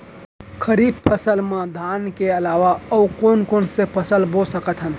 खरीफ फसल मा धान के अलावा अऊ कोन कोन से फसल बो सकत हन?